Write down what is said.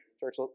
Church